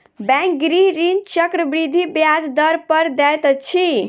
bank गृह ऋण चक्रवृद्धि ब्याज दर पर दैत अछि